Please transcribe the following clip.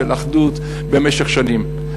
של אחדות במשך שנים.